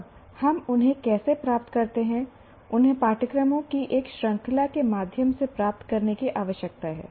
अब हम उन्हें कैसे प्राप्त करते हैं उन्हें पाठ्यक्रमों की एक श्रृंखला के माध्यम से प्राप्त करने की आवश्यकता है